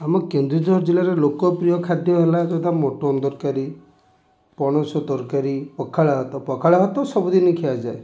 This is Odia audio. ଆମ କେନ୍ଦୁଝର ଜିଲ୍ଲାର ଲୋକପ୍ରିୟ ଖାଦ୍ୟ ହେଲା ଯଥା ମଟନ ତରକାରୀ ପଣସ ତରକାରୀ ପଖାଳ ଭାତ ପଖାଳ ଭାତ ସବୁଦିନ ଖିଆଯାଏ